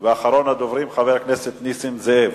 ואחרון הדוברים, חבר הכנסת נסים זאב.